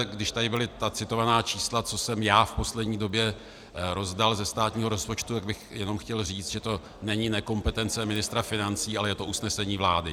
Když tady byla ta citována čísla, co jsem já v poslední době rozdal ze státního rozpočtu, tak bych chtěl jenom říct, že to není nekompetence ministra financí, ale je to usnesení vlády.